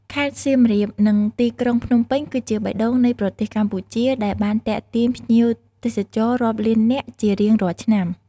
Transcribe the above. ខេត្តសៀមរាបនិងទីក្រុងភ្នំពេញគឺជាបេះដូងនៃប្រទេសកម្ពុជាដែលបានទាក់ទាញភ្ញៀវទេសចររាប់លាននាក់ជារៀងរាល់ឆ្នាំ។